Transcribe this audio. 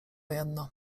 jedno